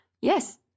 Yes